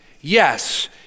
yes